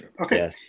Okay